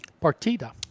Partida